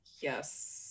yes